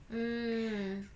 mm